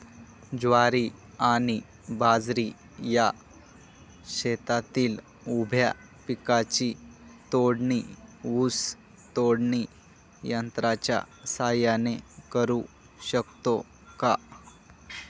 ज्वारी आणि बाजरी या शेतातील उभ्या पिकांची तोडणी ऊस तोडणी यंत्राच्या सहाय्याने करु शकतो का?